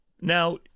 Now